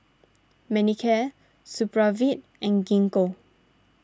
Manicare Supravit and Gingko